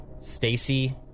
Stacy